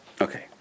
Okay